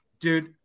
Dude